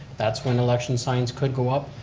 that's when election signs could go up.